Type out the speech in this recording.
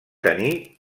tenir